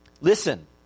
Listen